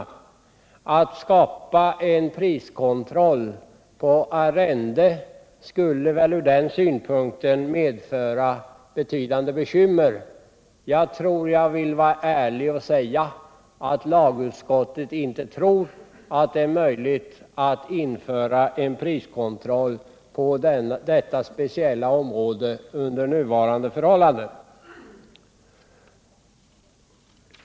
Att skapa en priskontroll på arrenden skulle väl ur den synpunkten seu medföra betydande bekymmer. Jag vill vara ärlig och säga att lagutskottet inte tror det är möjligt att införa priskontroll på detta speciella område under nuvarande förhållanden.